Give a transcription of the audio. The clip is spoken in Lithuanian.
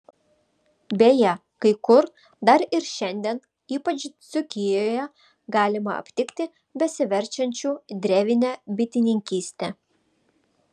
beje kai kur dar ir šiandien ypač dzūkijoje galima aptikti besiverčiančių drevine bitininkyste